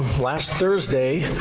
last thursday,